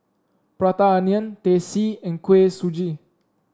Prata Onion Teh C and Kuih Suji